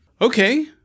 Okay